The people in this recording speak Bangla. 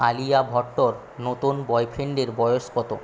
আলিয়া ভট্টর নতুন বয়ফ্রেন্ডের বয়স কত